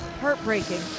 heartbreaking